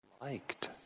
liked